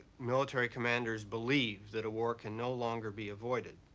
military commanders believe that a war can no longer be avoided